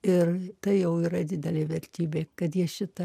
ir tai jau yra didelė vertybė kad jie šitą